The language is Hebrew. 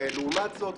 ולעומת זאת,